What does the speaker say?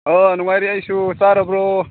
ꯑꯥ ꯅꯨꯡꯉꯥꯏꯔꯤ ꯑꯩꯁꯨ ꯆꯥꯔꯕ꯭ꯔꯣ